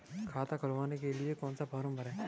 खाता खुलवाने के लिए कौन सा फॉर्म भरें?